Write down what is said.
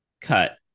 cut